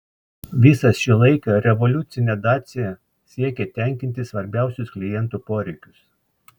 visą šį laiką revoliucinė dacia siekė tenkinti svarbiausius klientų poreikius